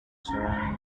surrounding